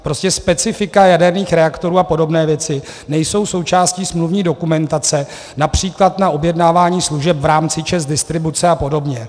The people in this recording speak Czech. Prostě specifika jaderných reaktorů a podobné věci nejsou součástí smluvní dokumentace, například na objednávání služeb v rámci ČEZ distribuce a podobně.